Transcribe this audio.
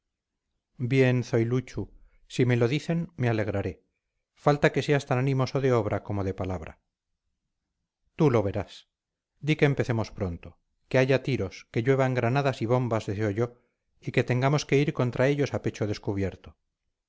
bilbao bien zoiluchu si me lo dicen me alegraré falta que seas tan animoso de obra como de palabra tú lo verás di que empecemos pronto que haya tiros que lluevan granadas y bombas deseo yo y que tengamos que ir contra ellos a pecho descubierto